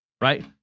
right